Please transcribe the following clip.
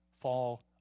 fall